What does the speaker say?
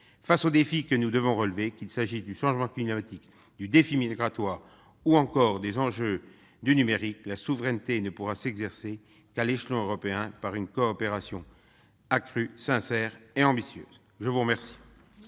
Face aux défis que nous devrons relever, qu'il s'agisse du changement climatique, du défi migratoire ou encore des enjeux du numérique, la souveraineté ne pourra s'exercer qu'à l'échelon européen par une coopération accrue, sincère et ambitieuse. La parole